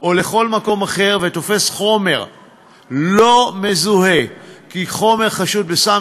או לכל מקום אחר ותופס חומר לא מזוהה החשוד כסם,